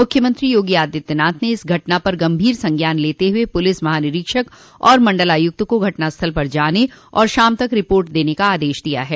मुख्यमंत्री योगी आदित्यनाथ ने इस घटना पर गंभीर संज्ञान लेते हुए पुलिस महानिरीक्षक और मंडला आयुक्त को घटनास्थल पर जाने तथा शाम तक रिपोर्ट देने का आदेश दिया है